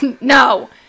No